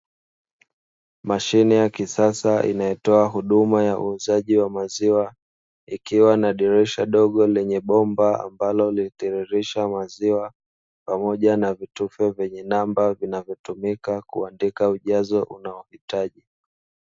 Mashine ya kisasa inayotoa huduma ya uuzaji wa maziwa, ikiwa na dirisha dogo lenye bomba ambalo linatiririsha maziwa, pamoja na vitufe vyenye namba vinavyotumika kuandika ujazo unaohitaji.